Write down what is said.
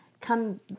come